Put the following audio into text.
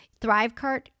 Thrivecart